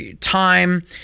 time